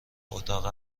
اتاق